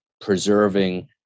preserving